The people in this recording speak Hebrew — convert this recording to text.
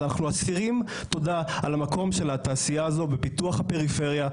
אז אנחנו אסירי תודה על המקום של התעשייה הזו בפיתוח הפריפריה,